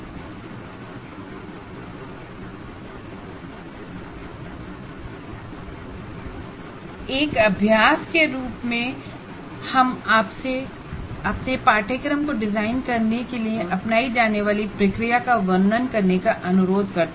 एक एक्सरसाइज के रूप में हम आपसे अपने कोर्स को डिजाइन करने में अपनाई जाने वाले प्रोसेस का वर्णन करने का अनुरोध करते हैं